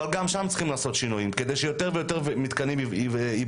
אבל גם שם צריך לעשות שינויים כדי שיותר ויותר מתקנים ייבנו.